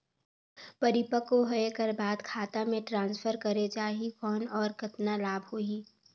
परिपक्व होय कर बाद खाता मे ट्रांसफर करे जा ही कौन और कतना लाभ होही?